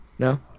No